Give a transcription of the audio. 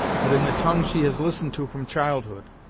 but in the tongue she has listened to from childhood.